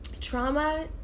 trauma